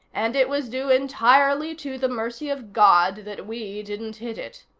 and it was due entirely to the mercy of god that we didn't hit it.